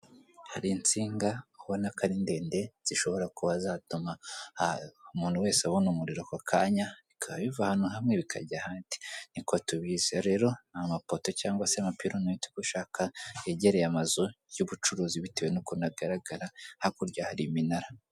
Hari insinga ubona ko ari ndende zishobora kuba zatuma umuntu wese abona umuriro ako kanya bikaba biva ahantu hamwe bikajya ahandi niko tubizi rero ni amapoto cyangwa se amapirone uyite uko ushaka yegereye amazu y'ubucuruzi bitewe n'ukuntu agaragara hakurya hari iminara.